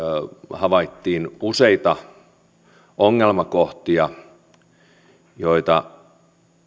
havaitsimme useita ongelmakohtia joita